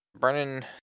Brennan